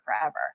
forever